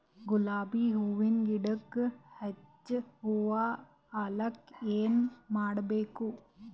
ಗುಲಾಬಿ ಹೂವಿನ ಗಿಡಕ್ಕ ಹೆಚ್ಚ ಹೂವಾ ಆಲಕ ಏನ ಮಾಡಬೇಕು?